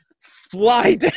fly